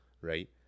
right